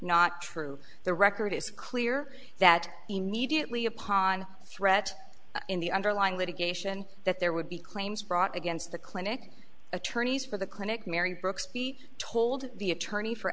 not true the record is clear that immediately upon threat in the underlying litigation that there would be claims brought against the clinic attorneys for the clinic mary brooks pete told the attorney for